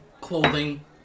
clothing